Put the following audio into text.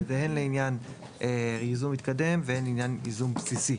וזה הן לעניין ייזום מתקדם והן לעניין ייזום בסיסי.